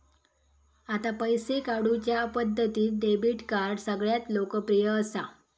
आता पैशे काढुच्या पद्धतींत डेबीट कार्ड सगळ्यांत लोकप्रिय असा